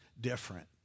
different